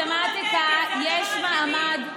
קודם כול למתמטיקה יש מעמד,